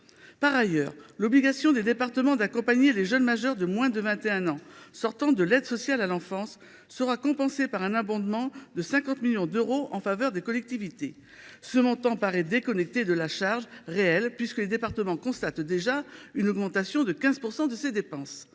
Par ailleurs, l’obligation des départements d’accompagner les jeunes majeurs de moins de 21 ans sortant de l’aide sociale à l’enfance sera compensée par un abondement de 50 millions d’euros en faveur des collectivités. Ce montant paraît déconnecté de la charge réelle, puisque les départements constatent déjà une augmentation de 15 % de cette dépense.